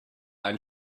ein